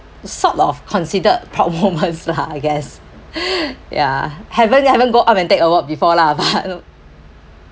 sort of considered proud moments lah I guess ya haven't ya haven't go up and take award before lah but